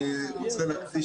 אני רוצה לדבר